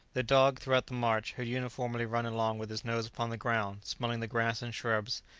the dog, throughout the march, had uniformly run along with his nose upon the ground, smelling the grass and shrubs,